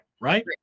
Right